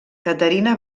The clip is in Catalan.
caterina